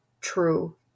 true